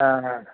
ꯑ ꯑ